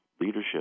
Leadership